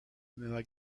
nueva